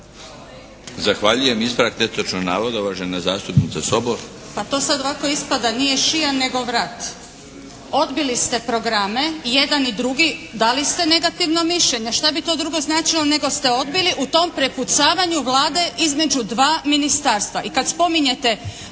Zahvaljujem. Ispravak netočnog navoda, uvažena zastupnica Sobol. **Sobol, Gordana (SDP)** Pa to sad ovako ispada nije šija, nego vrat. Odbili ste programe i jedan i drugi, dali ste negativno mišljenje. Šta bi to drugo značilo nego ste odbili u tom prepucavanju Vlade između dva ministarstva i kad spominjete